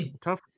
tough